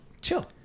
chill